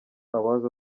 abaza